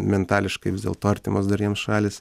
mentališkai vis dėlto artimas dar jiems šalys